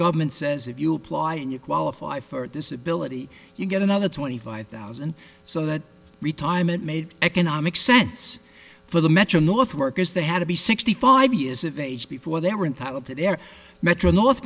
government says if you apply and you qualify for disability you get another twenty five thousand so that retirement made economic sense for the metro north workers they had to be sixty five years of age before they were entitled to their metro north